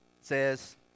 says